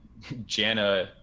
Janna